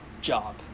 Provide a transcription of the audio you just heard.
job